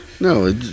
No